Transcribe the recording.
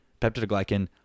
peptidoglycan